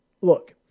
Look